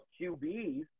QBs